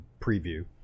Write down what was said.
preview